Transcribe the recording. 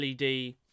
LED